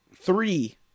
three